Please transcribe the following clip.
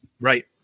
Right